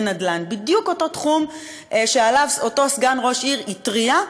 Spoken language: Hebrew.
נדל"ן בדיוק אותו תחום שעליו אותו סגן ראש עיר התריע,